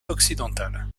occidental